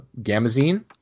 Gamazine